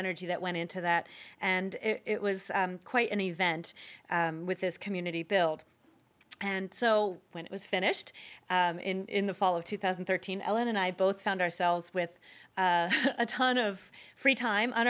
energy that went into that and it was quite an event with this community build and so when it was finished in the fall of two thousand and thirteen ellen and i both found ourselves with a ton of free time on